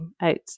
out